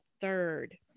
third